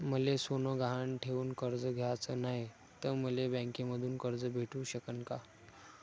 मले सोनं गहान ठेवून कर्ज घ्याचं नाय, त मले बँकेमधून कर्ज भेटू शकन का?